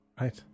right